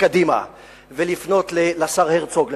ולפנות לשר הרצוג למשל,